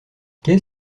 qu’est